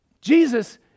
jesus